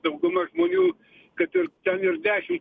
dauguma žmonių kad ir ten ir dešim